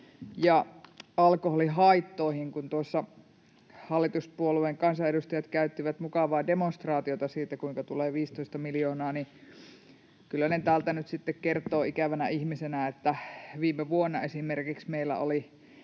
alkoholihaittoihin. Kun tuossa hallituspuolueen kansanedustajat käyttivät mukavaa demonstraatiota siitä, kuinka tulee 15 miljoonaa, niin Kyllönen täältä nyt sitten kertoo ikävänä ihmisenä, että esimerkiksi viime vuonna meillä oli